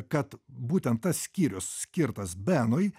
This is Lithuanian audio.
kad būtent tas skyrius skirtas benui